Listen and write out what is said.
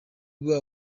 bwo